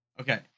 Okay